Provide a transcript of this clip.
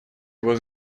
его